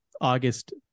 August